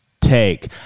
take